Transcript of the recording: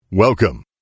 Welcome